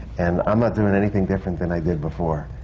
and i'm not doing anything different than i did before.